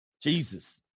Jesus